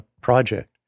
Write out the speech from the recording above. project